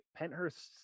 Penthurst